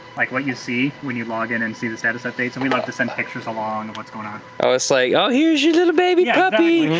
like what you see when you log in and see the status updates, and we love to send pictures along of what's going on. oh, it's like oh, here's your little baby puppy,